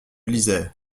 lisais